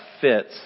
fits